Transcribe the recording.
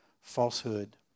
Falsehood